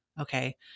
Okay